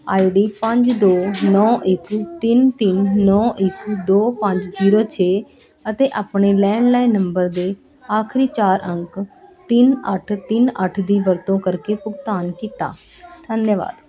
ਆਈ D ਪੰਜ ਦੋ ਨੋ ਇੱਕ ਤਿੰਨ ਤਿੰਨ ਨੌਂ ਇੱਕ ਦੋ ਪੰਜ ਜੀਰੋ ਛੇ ਅਤੇ ਆਪਣੇ ਲੈਂਡਲਾਈਨ ਨੰਬਰ ਦੇ ਆਖਰੀ ਚਾਰ ਅੰਕ ਤਿੰਨ ਅੱਠ ਤਿੰਨ ਅੱਠ ਦੀ ਵਰਤੋਂ ਕਰਕੇ ਭੁਗਤਾਨ ਕੀਤਾ ਧੰਨਵਾਦ